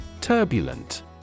Turbulent